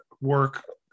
work